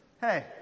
hey